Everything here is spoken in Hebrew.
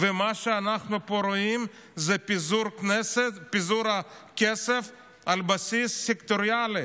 ומה שאנחנו רואים פה זה פיזור כסף על בסיס סקטוריאלי.